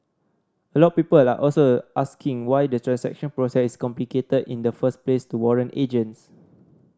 a lot people are also asking why the transaction process complicated in the first place to warrant agents